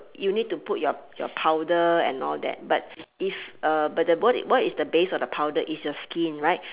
you need to put your your powder and all that but if uh but the what is what is the base of the powder is your skin right